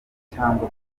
cyangwa